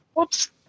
Oops